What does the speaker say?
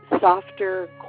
softer